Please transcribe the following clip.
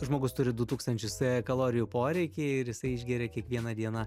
žmogus turi du tūkstančius kalorijų poreikį ir jisai išgėrė kiekvieną dieną